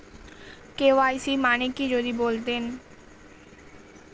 KYC মানে কি যদি বলতেন?